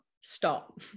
stop